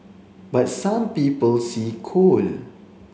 but some people see coal